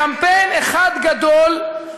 קמפיין אחד גדול.